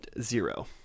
zero